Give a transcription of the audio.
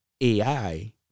AI